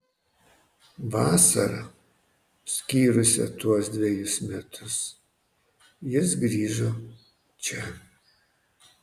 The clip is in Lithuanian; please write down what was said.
vasarą skyrusią tuos dvejus metus jis grįžo čia